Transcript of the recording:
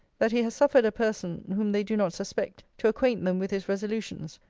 that he has suffered a person, whom they do not suspect, to acquaint them with his resolutions,